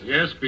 Yes